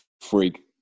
freak